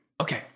Okay